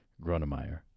Gronemeyer